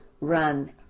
run